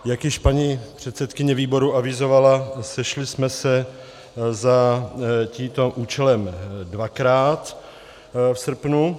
Jak již paní předsedkyně výboru avizovala, sešli jsme se za tímto účelem dvakrát v srpnu.